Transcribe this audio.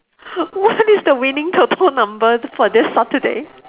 what is the winning TOTO number for this Saturday